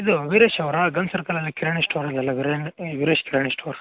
ಇದು ವೀರೇಶ್ ಅವರ ಗನ್ ಸರ್ಕಲಲ್ಲಿ ಕಿರಾಣಿ ಸ್ಟೋರ್ ಅಲ್ಲಲ್ಲಿ ಅವರೇ ವೀರೇಶ್ ಕಿರಾಣಿ ಸ್ಟೋರ್